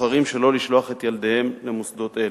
בוחרים שלא לשלוח את ילדיהם למוסדות אלה.